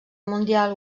mundial